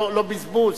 לא בזבוז?